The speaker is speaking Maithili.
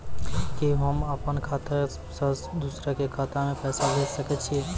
कि होम अपन खाता सं दूसर के खाता मे पैसा भेज सकै छी?